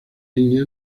niña